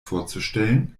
vorzustellen